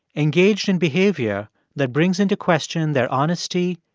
engaged in behavior that brings into question their honesty,